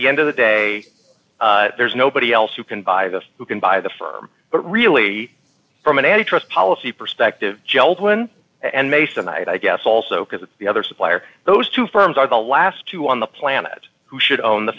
the end of the day there's nobody else who can buy those who can buy the firm but really from an antitrust policy perspective gjelten and mason i guess also because it's the other supplier those two firms are the last two on the planet who should own the